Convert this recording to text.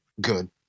good